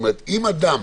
אם אדם,